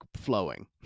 flowing